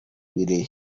willy